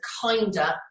kinder